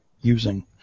using